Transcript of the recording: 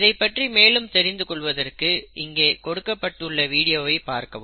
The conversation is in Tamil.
இதைப் பற்றி மேலும் தெரிந்து கொள்வதற்கு இங்கே கொடுக்கப்பட்டுள்ள வீடியோவை பார்க்கவும்